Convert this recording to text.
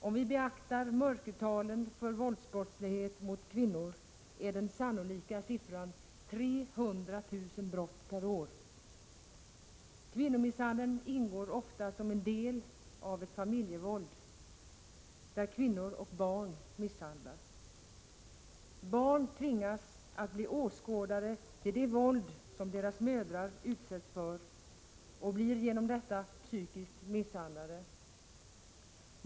Om vi beaktar mörkertalen för våldsbrott mot kvinnor är det sannolika antalet 300 000 brott per år. Kvinnomisshandeln ingår ofta som en del av ett familjevåld där kvinnor och barn misshandlas. Barn tvingas att bli åskådare till det våld som deras mödrar utsätts för och blir genom detta psykiskt misshandlade.